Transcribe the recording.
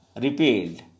repealed